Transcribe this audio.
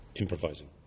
Improvising